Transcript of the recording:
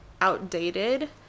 outdated